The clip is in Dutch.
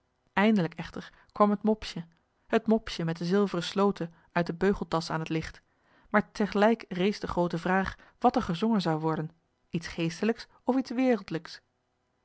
eindelijk echter kwam het mopsje het mopsje met de zilveren sloten uit de beugeltasch aan het licht maar tegelijk rees de groote vraag wat er gezongen zou worden iets geestelijks of iets wereldlijks